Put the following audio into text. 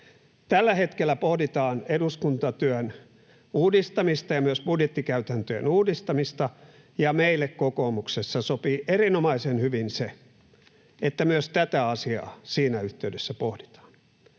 Tällä hetkellä pohditaan eduskuntatyön uudistamista ja myös budjettikäytäntöjen uudistamista, ja meille kokoomuksessa sopii erinomaisen hyvin se, että myös tätä asiaa siinä yhteydessä pohditaan.